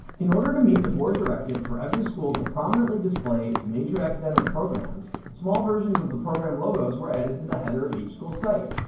in order to meet the board directive for every school to prominently display its major academic programs, small versions of the program logos were added to the header of each school site.